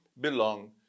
belong